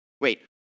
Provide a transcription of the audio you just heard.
wait